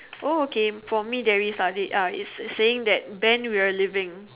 oh okay for me there is are did uh is saying that ben we're leaving